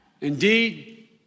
Indeed